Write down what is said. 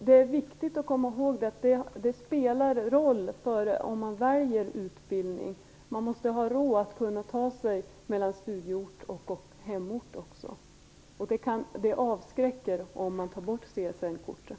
Det är viktigt att komma ihåg detta. Det spelar roll när man väljer utbildning. Man måste ha råd att ta sig mellan studieort och hemort. Det avskräcker om man tar bort CSN-kortet.